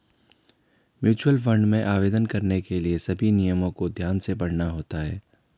mutual fund में आवेदन करने के लिए सभी नियमों को ध्यान से पढ़ना होता है